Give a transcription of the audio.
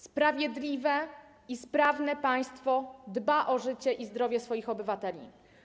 Sprawiedliwe i sprawne państwo dba o życie i zdrowie swoich obywateli.